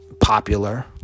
popular